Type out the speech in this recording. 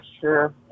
sure